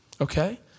Okay